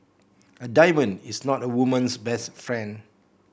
a diamond is not a woman's best friend